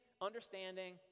understanding